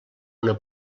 una